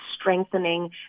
strengthening